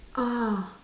uh